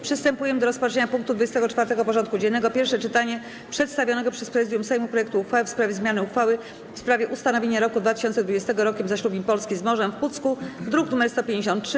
Przystępujemy do rozpatrzenia punktu 24. porządku dziennego: Pierwsze czytanie przedstawionego przez Prezydium Sejmu projektu uchwały w sprawie zmiany uchwały w sprawie ustanowienia roku 2020 Rokiem Zaślubin Polski z Morzem w Pucku (druk nr 153)